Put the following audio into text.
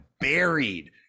buried